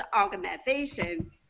organization